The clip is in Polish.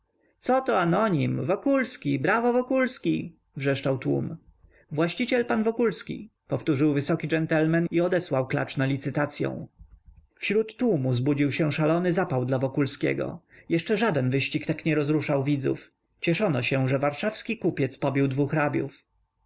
anonim coto anonim wokulski brawo wokulski wrzeszczał tłum właściciel pan wokulski powtórzył wysoki dżentlmen i odesłał klacz na licytacyą wśród tłumu zbudził się szalony zapał dla wokulskiego jeszcze żaden wyścig tak nie rozruszał widzów cieszono się że warszawski kupiec pobił dwu hrabiów